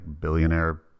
billionaire